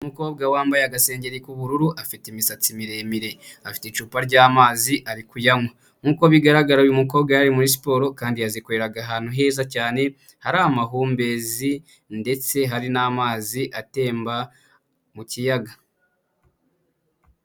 Umukobwa wambaye agasengeri k'ubururu afite imisatsi miremire, afite icupa ry'amazi ari kuyanywa, nk'uko bigaragara uyu mukobwa yari ari muri siporo, kandi yazikoreraga ahantu heza cyane hari amahumbezi ndetse hari n'amazi atemba mu kiyaga.